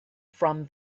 from